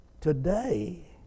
today